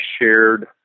shared